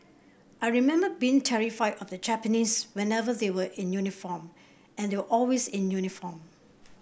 I remember being terrified of the Japanese whenever they were in uniform and they were always in uniform